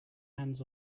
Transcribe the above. hands